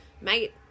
mate